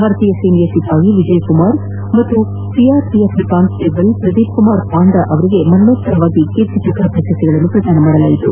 ಭಾರತೀಯ ಸೇನೆಯ ಸಿಪಾಯಿ ವಿಜಯಕುಮಾರ್ ಹಾಗೂ ಸಿಆರ್ಪಿಎಫ್ನ ಕಾನ್ಟೇಬಲ್ ಪ್ರದೀಪ್ಕುಮಾರ್ ಪಾಂಡಾ ಅವರಿಗೆ ಮರಣೋತ್ತವಾಗಿ ಕೀರ್ತಿಚಕ್ರ ಪ್ರಶಸ್ತಿ ಪ್ರದಾನ ಮಾಡಲಾಯಿತು